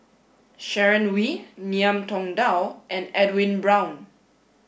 Sharon Wee Ngiam Tong Dow and Edwin Brown